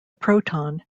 proton